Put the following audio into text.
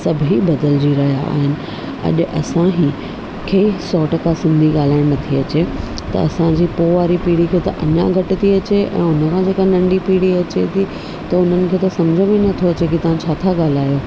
सभई बदिलजी रहिया आहिनि अॼु असां ई खे सौ टका सिंधी ॻाल्हाइणु नथी अचे त असांजी पोइ वारी पीड़ी खे त अञा घटि थी अचे ऐं उनखां जेका नंढी पीड़ी अचे थी त हुननि खे त सम्झि में नथो अचे की तव्हां छा था ॻाल्हायो